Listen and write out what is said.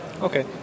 Okay